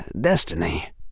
destiny